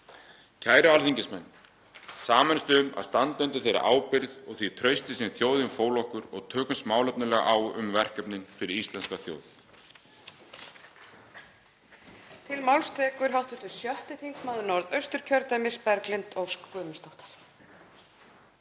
Kæru alþingismenn. Sameinumst um að standa undir þeirri ábyrgð og því trausti sem þjóðin fól okkur og tökumst málefnalega á um verkefnin fyrir íslenska þjóð.